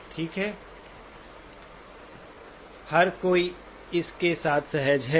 ठीक है हर कोई इसके साथ सहज है